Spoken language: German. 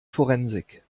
forensik